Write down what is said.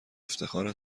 افتخار